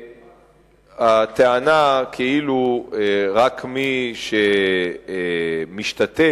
הטענה כאילו רק מי שמשתתף